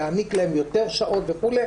להעניק להם יותר שעות וכו',